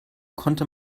konnte